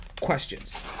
questions